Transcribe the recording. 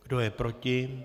Kdo je proti?